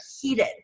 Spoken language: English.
heated